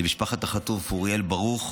למשפחת החטוף אוריאל ברוך,